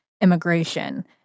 immigration